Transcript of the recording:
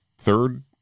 third